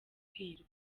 hirwa